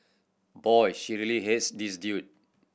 boy she really hates this dude